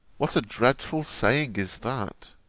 what a dreadful saying is that!